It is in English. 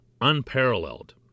unparalleled